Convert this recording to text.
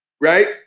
Right